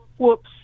whoops